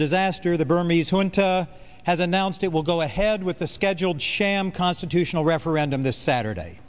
disaster the burmese junta has announced it will go ahead with the scheduled sham constitutional referendum this saturday